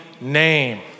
name